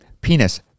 Penis